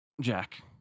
Jack